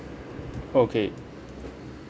okay